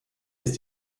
ist